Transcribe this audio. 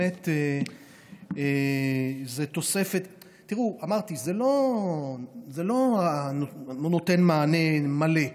באמת זו תוספת, תראו, אמרתי שזה לא נותן מענה מלא,